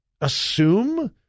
assume